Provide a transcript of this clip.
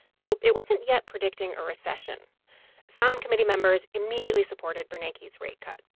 though it wasn't yet predicting a recession some committee members immediately supported bernanke's rate cut.